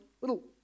little